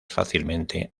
fácilmente